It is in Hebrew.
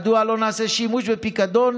מדוע לא נעשה שימוש בפיקדון?